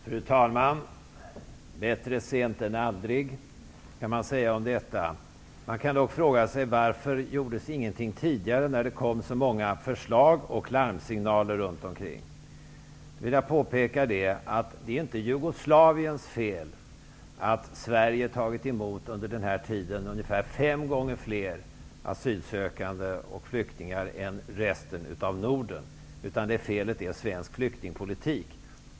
Fru talman! Bättre sent än aldrig, kan man säga om detta. Man kan dock fråga sig varför ingenting gjordes tidigare, då det kom så många förslag och larmsignaler. Sedan vill jag påpeka att det inte är Jugoslaviens fel att Sverige under den här tiden har tagit emot ungefär fem gånger fler asylsökande och flyktingar än resten av Norden. Felet ligger hos svensk flyktingpoltik.